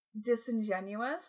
disingenuous